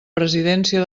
presidència